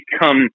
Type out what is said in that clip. become